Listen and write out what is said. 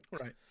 Right